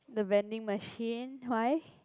the vending machine why